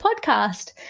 podcast